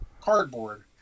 cardboard